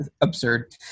absurd